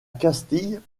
castille